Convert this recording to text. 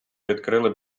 відкрили